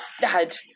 Dad